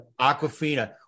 Aquafina